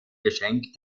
geschenk